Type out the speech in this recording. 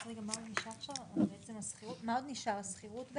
בערוץ 12 חושפים את ההסכמים הקואליציוניים,